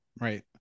Right